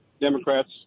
Democrats